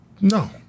No